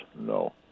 no